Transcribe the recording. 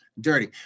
dirty